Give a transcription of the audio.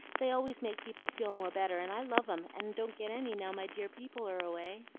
they always make people feel more better, and i love em, and don't get any now my dear people are away.